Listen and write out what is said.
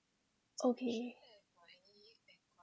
okay